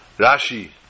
Rashi